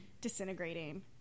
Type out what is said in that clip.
disintegrating